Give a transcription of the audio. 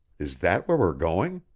is that where we're going?